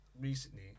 recently